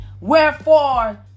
Wherefore